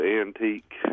antique